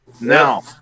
Now